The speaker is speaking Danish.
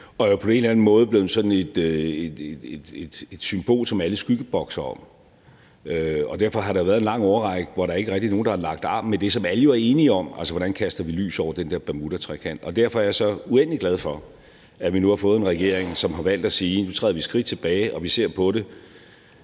og er på en eller anden måde blevet sådan et symbol, som alle skyggebokser om. Derfor har der været en lang årrække, hvor der ikke rigtig er nogen, der har lagt arm med det, som alle jo er enige om, altså hvordan vi kaster lys over den der bermudatrekant, og derfor er jeg så uendelig glad for, at vi nu har fået en regering, som har valgt at sige, at nu træder vi et skridt tilbage og ser på det